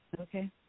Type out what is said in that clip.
Okay